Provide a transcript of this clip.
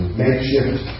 makeshift